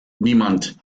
niemand